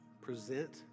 present